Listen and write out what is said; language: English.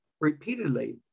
repeatedly